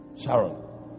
Sharon